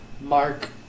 Mark